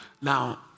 Now